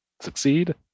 succeed